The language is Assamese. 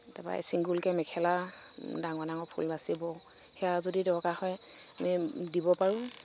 তাপা ছিংগলকৈ মেখেলা ডাঙৰ ডাঙৰ ফুল বাচিব সেয়া যদি দৰকাৰ হয় আমি দিব পাৰো